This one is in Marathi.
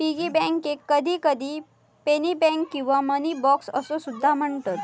पिगी बँकेक कधीकधी पेनी बँक किंवा मनी बॉक्स असो सुद्धा म्हणतत